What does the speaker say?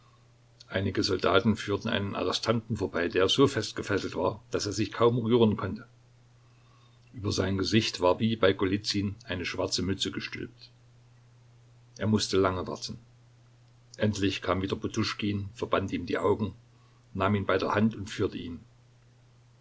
einige soldaten führten einen arrestanten vorbei der so fest gefesselt war daß er sich kaum rühren konnte über sein gesicht war wie bei golizyn eine schwarze mütze gestülpt er mußte lange warten endlich kam wieder poduschkin verband ihm die augen nahm ihn bei der hand und führte ihn